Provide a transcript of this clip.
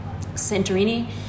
Santorini